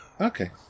Okay